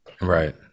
Right